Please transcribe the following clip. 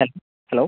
hello hello